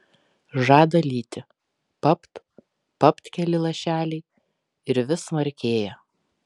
žada lyti papt papt keli lašeliai ir vis smarkėja